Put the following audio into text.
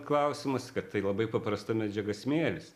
klausimas kad tai labai paprasta medžiaga smėlis